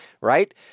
right